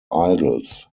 idols